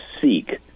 seek